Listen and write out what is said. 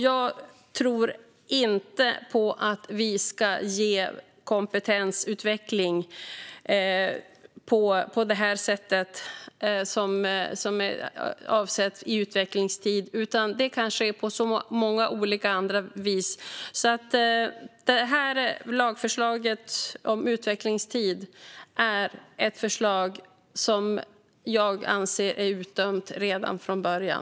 Jag tror inte på att vi ska ge kompetensutveckling på det sätt som är avsett med utvecklingstid. Det kan ske på många andra vis. Lagförslaget om utvecklingstid är ett förslag som jag anser är utdömt redan från början.